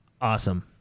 Awesome